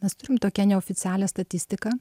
mes turim tokią neoficialią statistiką